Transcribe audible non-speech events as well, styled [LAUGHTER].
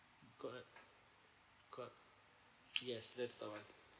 got it got [NOISE] yes that's the one